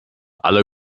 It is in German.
alle